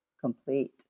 complete